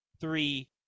three